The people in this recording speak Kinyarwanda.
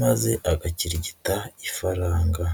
maze agakirigita ifaranga.